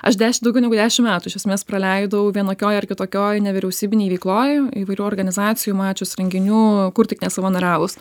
aš daugiau negu dešim metų iš esmės praleidau vienokioj ar kitokioj nevyriausybinėj veikloj įvairių organizacijų mačius renginių kur tik nesavanoriavus